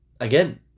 Again